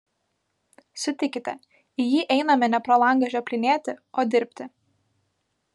sutikite į jį einame ne pro langą žioplinėti o dirbti